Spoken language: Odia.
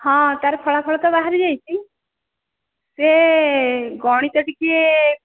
ହଁ ତା'ର ଫଳାଫଳ ତ ବାହାରିଯାଇଛି ସେ ଗଣିତ ଟିକିଏ